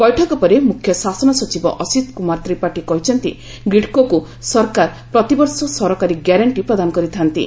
ବୈଠକ ପରେ ମୁଖ୍ୟ ଶାସନ ସଚିବ ଅସୀତ୍ କୁମାର ତ୍ରିପାଠୀ କହିଛନ୍ତି ଗ୍ରୀଡ୍କୋକୁ ସରକାର ପ୍ରତିବର୍ଷ ସରକାରୀ ଗ୍ୟାରେଷ୍ଟି ପ୍ରଦାନ କରିଥାନ୍ତି